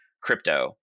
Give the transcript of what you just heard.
crypto